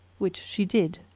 which she did